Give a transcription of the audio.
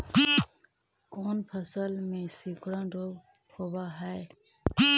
कोन फ़सल में सिकुड़न रोग होब है?